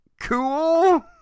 Cool